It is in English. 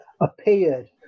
appeared